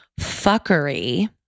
fuckery